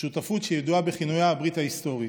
שותפות שידועה בכינויה "הברית ההיסטורית".